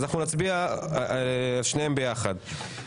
אנחנו נצביע על שניהם ביחד.